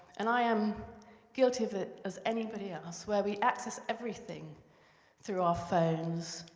and i am guilty of it as anybody else, where we access everything through our phones,